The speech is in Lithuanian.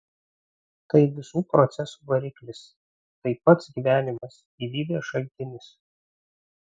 tai visų procesų variklis tai pats gyvenimas gyvybės šaltinis